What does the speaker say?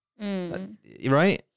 Right